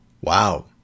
Wow